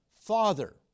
Father